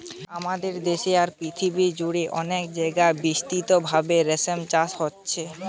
আমাদের দেশে আর পৃথিবী জুড়ে অনেক জাগায় বিস্তৃতভাবে রেশম চাষ হচ্ছে